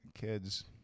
kids